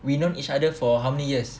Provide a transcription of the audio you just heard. we've known each other for how many years